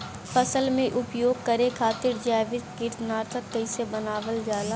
फसल में उपयोग करे खातिर जैविक कीटनाशक कइसे बनावल जाला?